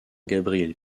gabriel